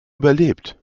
überlebt